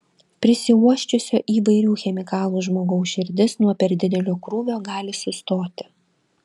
prisiuosčiusio įvairių chemikalų žmogaus širdis nuo per didelio krūvio gali sustoti